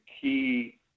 key